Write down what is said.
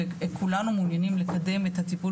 וכולנו מעוניינים לקדם את הטיפול